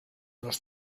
los